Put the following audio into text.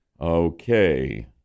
Okay